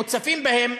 מוצפים בהם,